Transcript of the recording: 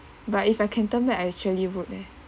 but if I can turn back I actually would leh